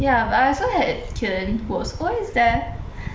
ya but I also had caden who was always there